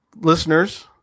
listeners